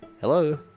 Hello